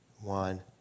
one